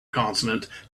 consonant